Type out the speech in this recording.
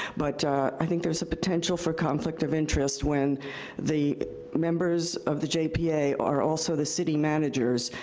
but i think there's a potential for conflict of interest, when the members of the jpa are also the city managers.